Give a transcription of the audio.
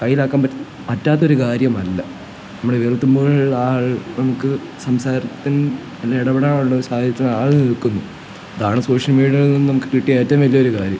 കയ്യിലാക്കാൻ പറ്റ പറ്റാത്തൊരു കാര്യമല്ല നമ്മുടെ വിരൽത്തുമ്പുകളിൽ ആ ആൾ നമുക്ക് സംസാരത്തിൻ്റെ ഇടപെടാനുള്ളൊരു സഹചര്യത്തിൽ ആൾ നിൽക്കുന്നു ഇതാണ് സോഷ്യൽ മീഡിയയിൽ നിന്ന് നമുക്ക് കിട്ടിയ ഏറ്റവും വലിയൊരു കാര്യം